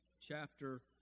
chapter